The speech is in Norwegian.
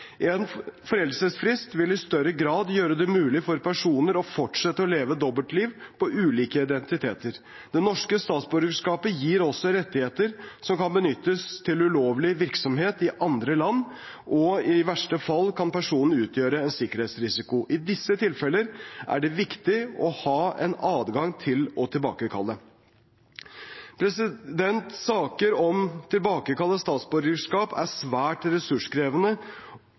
En foreldelsesfrist vil i større grad gjøre det mulig for personer å fortsette å leve dobbeltliv på ulike identiteter. Det norske statsborgerskapet gir også rettigheter som kan benyttes til ulovlig virksomhet i andre land, og i verste fall kan personen utgjøre en sikkerhetsrisiko. I disse tilfeller er det viktig å ha en adgang til å tilbakekalle. Saker om tilbakekall av statsborgerskap er svært ressurskrevende